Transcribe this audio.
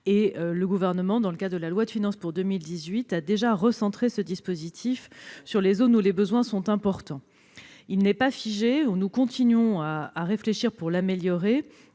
Le Gouvernement, dans le cadre de la loi de finances pour 2018, a déjà recentré ce dispositif sur les zones où les besoins sont importants. Il n'est pas figé ; nous continuons à réfléchir pour l'améliorer,